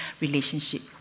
relationship